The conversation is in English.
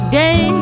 day